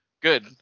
Good